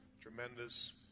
tremendous